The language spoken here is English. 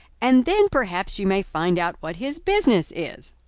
and then perhaps you may find out what his business is.